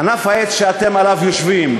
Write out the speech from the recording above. ענף העץ שאתם עליו יושבים.